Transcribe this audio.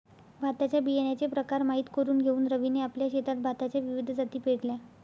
भाताच्या बियाण्याचे प्रकार माहित करून घेऊन रवीने आपल्या शेतात भाताच्या विविध जाती पेरल्या